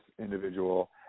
individual